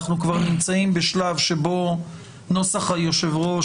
אנחנו נמצאים בשלב שבו נוסח היושב ראש